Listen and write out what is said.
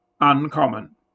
uncommon